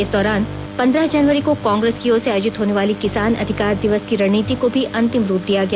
इस दौरान पंद्रह जनवरी को कांग्रेस की ओर से आयोजित होने वाली किसान अधिकार दिवस की रणनीति को भी अंतिम रूप दिया गया